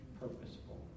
purposeful